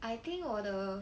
I think 我的